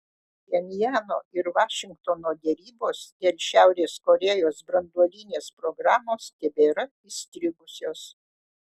pchenjano ir vašingtono derybos dėl šiaurės korėjos branduolinės programos tebėra įstrigusios